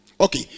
Okay